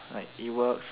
like it works